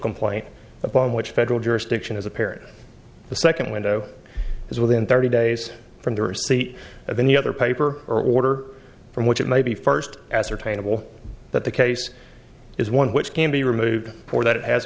complaint upon which federal jurisdiction is apparent the second window is within thirty days from the receipt of any other paper or order from which it may be first ascertainable that the case is one which can be removed for that it has